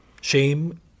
shame